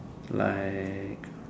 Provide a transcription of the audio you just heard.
like